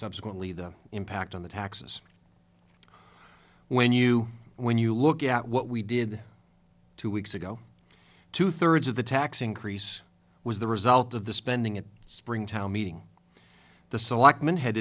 subsequently the impact on the taxes when you when you look at what we did two weeks ago two thirds of the tax increase was the result of the spending at springtown meeting the selectmen had